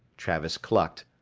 travis clucked.